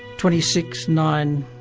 twenty six. nine.